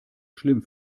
schlimm